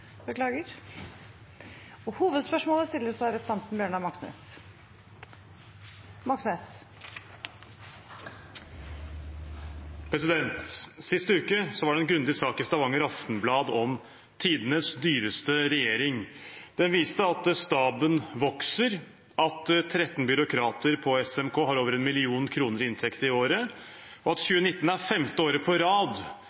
uke var det en grundig sak i Stavanger Aftenblad om «tidenes dyreste regjering». Den viste at staben vokser, at 13 byråkrater på SMK har over 1 mill. kr i inntekt i året, og at